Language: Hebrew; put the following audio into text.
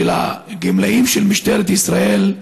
של הגמלאים של משטרת ישראל,